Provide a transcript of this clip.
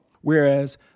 Whereas